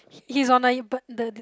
he's on like a bird the the